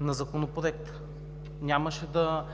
на Законопроекта. Нямаше да